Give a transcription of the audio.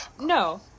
No